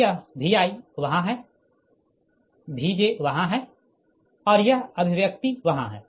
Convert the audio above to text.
तो यह Vi वहाँ है Vj वहाँ है और यह अभिव्यक्ति वहाँ है